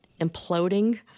imploding